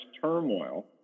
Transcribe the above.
turmoil